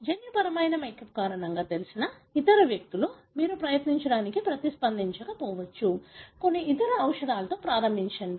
జన్యుపరమైన మేకప్ కారణంగా తెలిసిన ఇతర వ్యక్తులు మీరు ప్రయత్నించడానికి ప్రతిస్పందించకపోవచ్చు కొన్ని ఇతర ఔషధాలతో ప్రారంభించండి